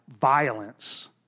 violence